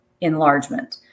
enlargement